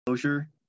Closure